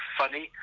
funny